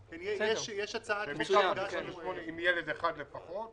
יש פה סוגיה רצינית מאוד של קבוצת